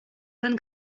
von